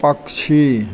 पक्षी